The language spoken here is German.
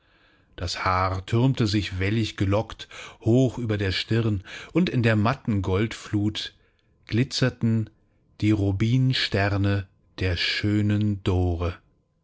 das haar türmte sich wellig gelockt hoch über der stirn und in der matten goldflut glitzerten die rubinsterne der schönen dore